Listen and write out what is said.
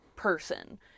Person